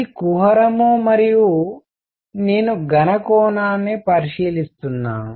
ఇది కుహరం మరియు నేను ఘన కోణాన్ని పరిశీలిస్తున్నాను